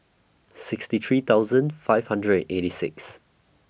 sixty three thousand five hundred and eighty six